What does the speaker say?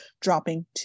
dropping